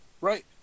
Right